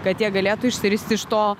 kad jie galėtų išsiristi iš to